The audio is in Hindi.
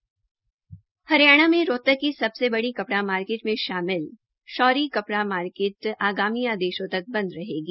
रियाणा में रोहतक की सबसे बड़ी कपड़ा मार्किट में शामिल शौरी कपड़ा मार्किट आगामी आदेशों तक बंद रहेगी